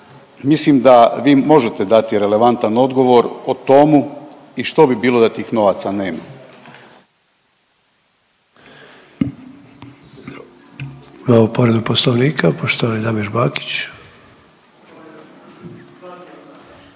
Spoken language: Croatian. Mislim da vi možete dati relevantan odgovor o tomu i što bi bilo da tih novaca nema.